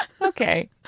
Okay